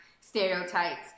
stereotypes